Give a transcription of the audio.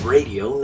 Radio